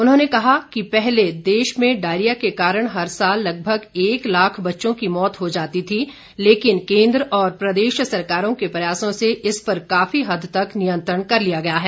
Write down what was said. उन्होंने कहा पहले देश में डायरिया के कारण हर साल लगभग एक लाख बच्चों की मौत हो जाती थी लेकिन केन्द्र और प्रदेश सरकारों के प्रयासों से इस पर काफी हद तक नियंत्रण कर लिया गया है